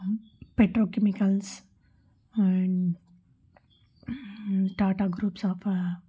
petro chemicals and Tata groups of